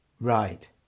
Right